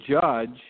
judge